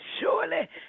surely